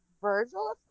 Virgil